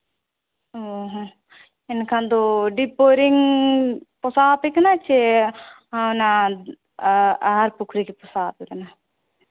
ᱚ ᱦᱚᱸ ᱮᱱᱠᱷᱟᱱ ᱫᱚ ᱰᱤᱯ ᱵᱳᱨᱤᱝ ᱯᱚᱥᱟᱣ ᱟᱯᱮ ᱠᱟᱱᱟ ᱪᱮ ᱚᱱᱟ ᱟᱦᱟᱨ ᱯᱩᱠᱷᱨᱤ ᱜᱮ ᱯᱚᱥᱟᱣ ᱟᱯᱮ ᱠᱟᱱᱟ